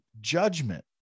judgment